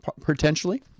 potentially